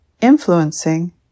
influencing